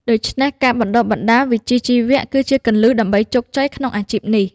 ដូច្នេះការបណ្តុះបណ្តាលវិជ្ជាជីវៈគឺជាគន្លឹះដើម្បីជោគជ័យក្នុងអាជីពនេះ។